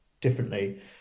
differently